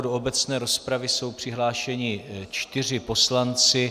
Do obecné rozpravy jsou přihlášeni čtyři poslanci.